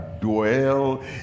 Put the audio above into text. dwell